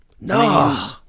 No